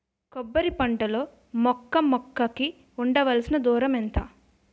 కొబ్బరి పంట లో మొక్క మొక్క కి ఉండవలసిన దూరం ఎంత